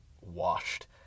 washed